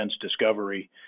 discovery